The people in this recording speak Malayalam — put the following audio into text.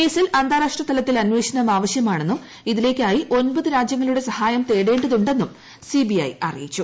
കേസിൽ അന്താരാഷ്ട്ര തല്പത്തിൽ അന്വേഷണം ആവശ്യമാണെന്നും ഇതിലേക്കായി ഒൻപത് രാജ്യങ്ങളുടെ സഹായം തേടേണ്ടതുണ്ടെന്നും സിബിഐ അറിയിച്ചു